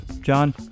John